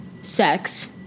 sex